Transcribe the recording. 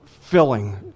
filling